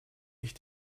ich